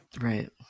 Right